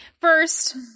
First